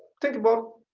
think about,